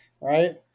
right